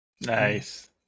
nice